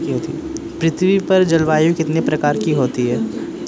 पृथ्वी पर जलवायु कितने प्रकार की होती है?